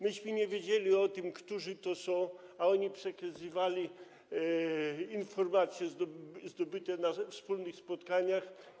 My nie wiedzieliśmy o tym, którzy to byli, a oni przekazywali informacje zdobyte na wspólnych spotkaniach.